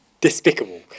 despicable